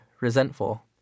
resentful